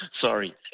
Sorry